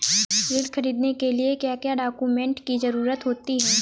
ऋण ख़रीदने के लिए क्या क्या डॉक्यूमेंट की ज़रुरत होती है?